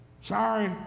Sorry